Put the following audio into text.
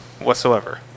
whatsoever